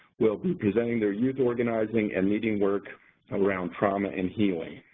will be presenting their youth organizing and leading work around trauma and healing.